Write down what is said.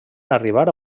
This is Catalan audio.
arribar